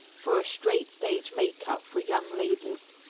for a straight stage makeup, for young ladies.